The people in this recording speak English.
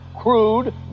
crude